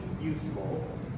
useful